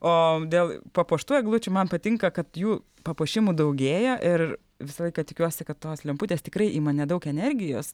o dėl papuoštų eglučių man patinka kad jų papuošimų daugėja ir visą laiką tikiuosi kad tos lemputės tikrai ima nedaug energijos